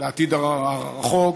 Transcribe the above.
בעתיד הרחוק,